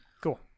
cool